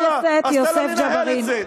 חבר הכנסת יוסף ג'בארין.